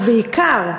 ובעיקר,